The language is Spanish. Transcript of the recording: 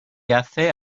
hace